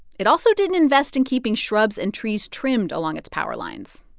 it also didn't invest in keeping shrubs and trees trimmed along its power lines.